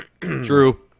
True